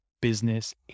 business